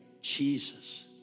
Jesus